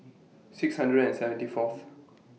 six hundred and seventy Fourth